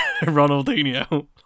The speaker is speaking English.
Ronaldinho